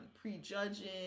prejudging